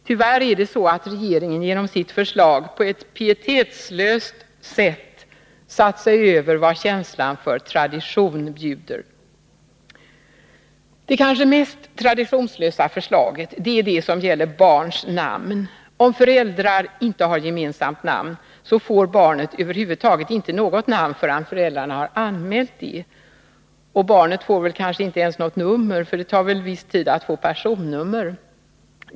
Tyvärr är det så att regeringen genom sitt förslag på ett pietetslöst sätt satt sig över vad känslan för tradition bjuder. Det kanske mest traditionslösa förslaget är det som gäller barns namn. Om föräldrarna inte har gemensamt namn får barnet över huvud taget inte något namn förrän föräldrarna anmält det. Barnet får kanske inte ens något nummer, för det tar väl viss tid att få personnummer.